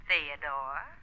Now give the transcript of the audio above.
Theodore